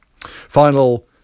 Final